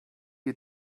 you